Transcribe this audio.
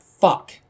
fuck